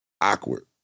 awkward